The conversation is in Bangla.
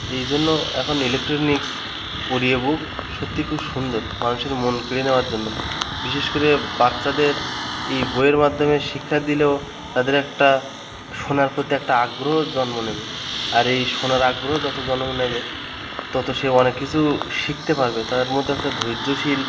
এই জন্য এখন ইলেকট্রনিক্স অডিও বুক সত্যি খুব সুন্দর মানুষের মন কেড়ে নেওয়ার জন্য বিশেষ করে বাচ্চাদের এই বইয়ের মাধ্যমে শিক্ষা দিলেও তাদের একটা শোনার প্রতি একটা আগ্রহ জন্ম নেবে আর এই শোনার আগ্রহ যত জন্ম নেবে তত সে অনেক কিছু শিখতে পারবে তার মধ্যে একটা ধৈর্যশীল